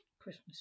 Christmas